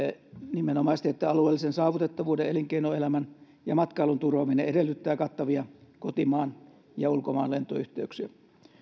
nimenomaisesti että alueellisen saavutettavuuden elinkeinoelämän ja matkailun turvaaminen edellyttää kattavia kotimaan ja ulkomaan lentoyhteyksiä